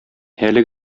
әле